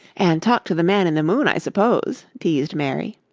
and talk to the man in the moon, i suppose, teased mary.